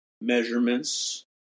measurements